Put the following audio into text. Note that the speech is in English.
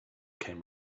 came